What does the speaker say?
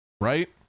right